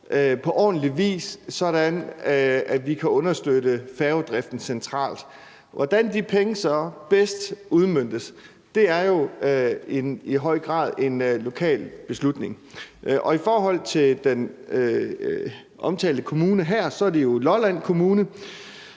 på ordentlig vis, sådan at vi kan understøtte færgedriften centralt. Hvordan de penge så bedst udmøntes, er jo i høj grad en lokal beslutning. I forhold til den omtalte kommune her er det jo Lolland Kommune,